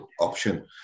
option